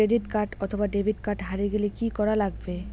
Credit card অথবা debit card হারে গেলে কি করা লাগবে?